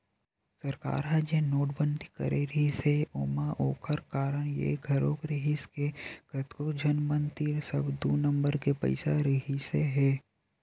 सरकार ह जेन नोटबंदी करे रिहिस हे ओमा ओखर कारन ये घलोक रिहिस हे के कतको झन मन तीर सब दू नंबर के पइसा रहिसे हे